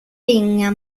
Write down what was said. ringa